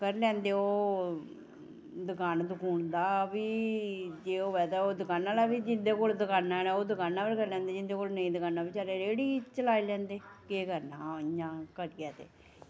करी लैंदे ओह् दकान दा बी जे होऐ ते ओह् दकानै निं चलान दिंदे जिंदे कोल मेन दकानां होन ते ओह् फ्ही रेह्ड़ी केह् करना आं इ'यां करदे